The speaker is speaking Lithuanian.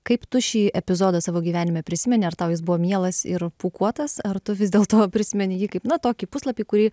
kaip tu šį epizodą savo gyvenime prisimeni ar tau jis buvo mielas ir pūkuotas ar tu vis dėlto prisimeni jį kaip na tokį puslapį kurį